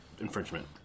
infringement